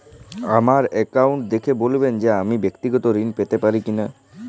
আমার অ্যাকাউন্ট দেখে বলবেন যে আমি ব্যাক্তিগত ঋণ পেতে পারি কি না?